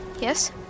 Yes